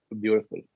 beautiful